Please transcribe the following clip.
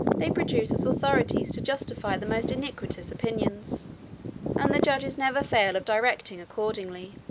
they produce as authorities to justify the most iniquitous opinions and the judges never fail of directing accordingly.